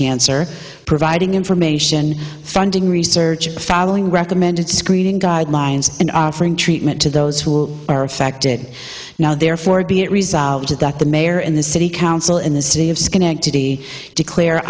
cancer providing information funding research following recommended screening guidelines and offering treatment to those who are affected now therefore be it resolved that the mayor and the city council in the city of schenectady declare